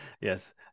Yes